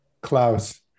Klaus